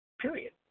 Period